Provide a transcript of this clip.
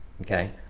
okay